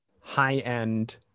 high-end